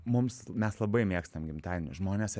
mums mes labai mėgstam gimtadienius žmonės